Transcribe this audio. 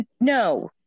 no